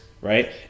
right